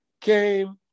came